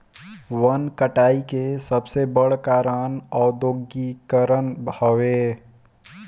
वन कटाई के सबसे बड़ कारण औद्योगीकरण हवे